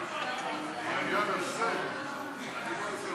16:00. עכשיו קיבלנו הודעה שוועדת הכנסת מתכנסת